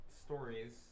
stories